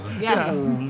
Yes